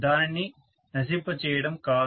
దానిని నశింప చేయడం కాదు